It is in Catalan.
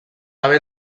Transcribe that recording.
haver